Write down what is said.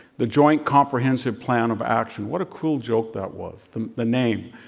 the joint comprehensive plan of action. what a cruel joke that was, the the name.